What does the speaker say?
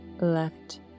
left